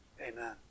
Amen